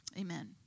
Amen